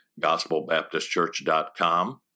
gospelbaptistchurch.com